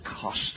cost